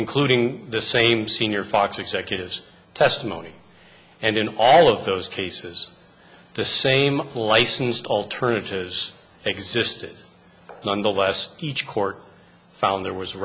including the same senior fox executives testimony and in all of those cases the same licensed alternatives existed nonetheless each court found there was